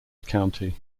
county